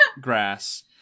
grass